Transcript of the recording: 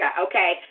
Okay